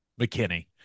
McKinney